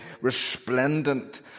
resplendent